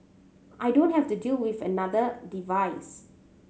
i don't have to deal with yet another device